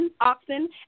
oxen